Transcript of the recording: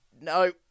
no